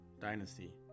Dynasty